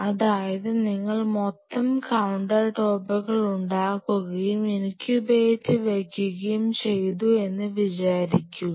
അതായത് നിങ്ങൾ മൊത്തം കൌണ്ടർ ടോപ്പുകൾ ഉണ്ടാക്കുകയും ഇൻക്യൂബേറ്റർ വെക്കുകയും ചെയ്തു എന്ന് വിചാരിക്കുക